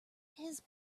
his